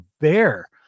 bear